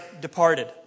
departed